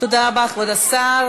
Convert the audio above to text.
תודה רבה, כבוד השר.